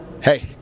hey